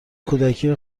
کودکی